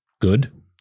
good